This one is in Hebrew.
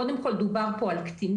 קודם כל דובר פה על קטינים.